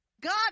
God